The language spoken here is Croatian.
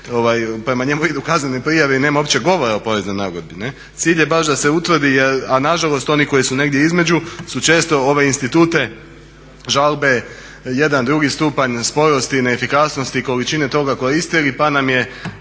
prema njemu idu kaznene prijave i nema uopće govora o poreznoj nagodbi. Cilj je baš da se utvrdi, a nažalost oni koji su negdje između su često ove institute žalbe 1, 2.stupanj sporosti i neefikasnosti i količine toga koristili pa nam je